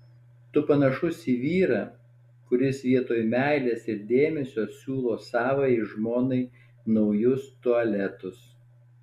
tu panašus į vyrą kuris vietoj meilės ir dėmesio siūlo savajai žmonai naujus tualetus